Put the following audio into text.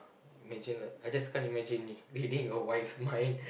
imagine like I just can't imagine if reading your wife mind